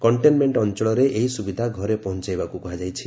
containment ଅଞ୍ଚଳରେ ଏହି ସୁବିଧା ଘରେ ପହଞ୍ଚାଇବାକୁ କୁହାଯାଇଛି